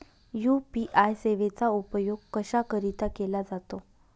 UPI सेवेचा उपयोग कशाकरीता केला जातो?